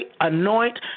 anoint